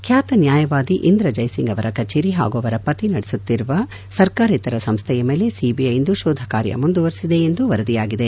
ಖ್ಕಾತ ನ್ಕಾಯವಾದಿ ಇಂದ್ರ ಜಯ್ಸಿಂಗ್ ಅವರ ಕಚೇರಿ ಹಾಗೂ ಅವರ ಪತಿ ನಡೆಸುತ್ತಿರುವ ಸರ್ಕಾರೇತರ ಸಂಸ್ಥೆಯ ಮೇಲೆ ಸಿಬಿಐ ಇಂದು ಶೋಧ ಕಾರ್ಯ ಮುಂದುವರೆಸಿದೆ ಎಂದು ವರದಿಯಾಗಿದೆ